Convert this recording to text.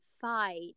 fight